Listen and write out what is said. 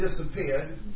disappeared